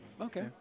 Okay